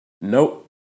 Nope